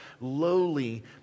lowly